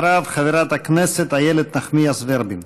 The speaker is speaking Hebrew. אחריו, חברת הכנסת איילת נחמיאס ורבין.